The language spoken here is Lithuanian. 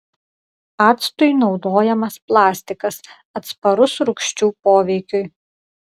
actui naudojamas plastikas atsparus rūgščių poveikiui